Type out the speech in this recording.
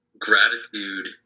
gratitude